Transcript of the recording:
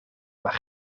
maar